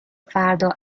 فردا